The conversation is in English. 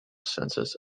census